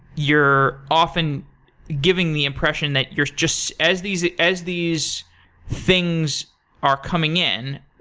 you're often giving the impression that you're just as these as these things are coming in,